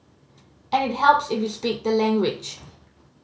and it helps if you speak the language